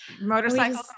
Motorcycles